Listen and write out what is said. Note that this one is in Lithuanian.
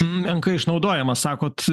menkai išnaudojamas sakot